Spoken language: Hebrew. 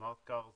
הכרטיסים החכמים,